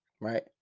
right